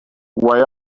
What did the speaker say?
why